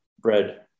bread